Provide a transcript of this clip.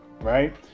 right